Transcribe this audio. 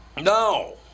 No